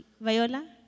Viola